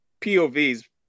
pov's